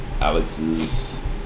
Alex's